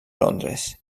londres